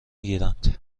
گیرند